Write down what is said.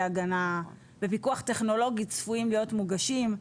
ההגנה בפיקוח טכנולוגי צפויים להיות מוגשים.